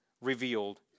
revealed